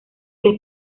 les